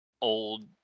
old